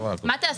מה תעשה?